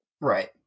Right